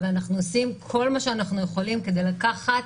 ואנחנו עושים כל מה שאנחנו יכולים כדי לקחת